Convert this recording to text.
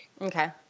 Okay